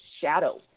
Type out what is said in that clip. shadow